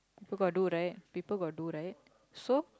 people got do right people got do right so